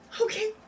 Okay